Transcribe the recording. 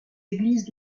églises